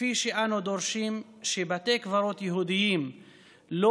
כפי שאנו דורשים שבתי קברות יהודיים לא